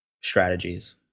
strategies